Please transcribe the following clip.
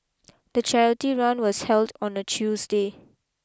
the charity run was held on a Tuesday